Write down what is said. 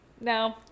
No